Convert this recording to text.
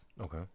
Okay